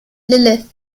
lilith